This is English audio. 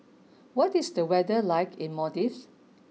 what is the weather like in Maldives